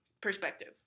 perspective